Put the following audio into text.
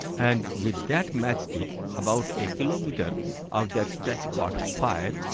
and with that matchstick, about a kilometer of that stretch caught fire,